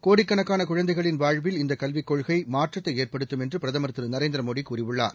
கோடிக்கணக்கான குழந்தைகளின் வாழ்வில் இந்த கல்விக் கொள்கை மாற்றத்தை ஏற்படுத்தும் என்று பிரதமர் திரு நரேந்திர மோடி கூறியுள்ளார்